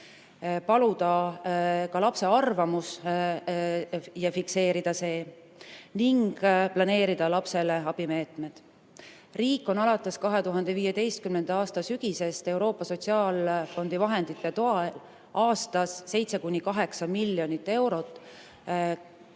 paluda ka lapse arvamust ja fikseerida see ning planeerida lapsele abimeetmed. Riik on alates 2015. aasta sügisest Euroopa Sotsiaalfondi vahendite toel aastas 7–8 miljonit eurot raske